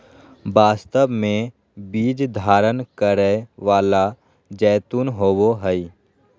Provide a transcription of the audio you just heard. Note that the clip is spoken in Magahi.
वास्तव में बीज धारण करै वाला जैतून होबो हइ